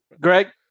Greg